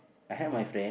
okay